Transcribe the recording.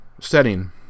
setting